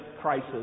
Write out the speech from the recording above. crisis